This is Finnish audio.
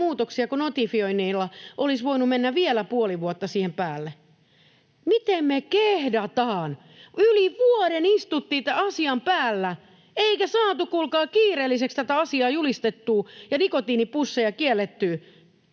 muutoksia, kun notifioinnilla olisi voinut mennä vielä puoli vuotta siihen päälle? Miten me kehdataan? Yli vuoden istuttiin tämän asian päällä, eikä saatu kuulkaa kiireelliseksi tätä asiaa julistettua ja nikotiinipusseja kiellettyä.